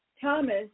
Thomas